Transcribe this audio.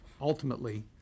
ultimately